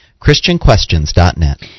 ChristianQuestions.net